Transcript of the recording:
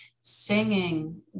singing